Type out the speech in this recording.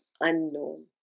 unknown